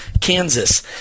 Kansas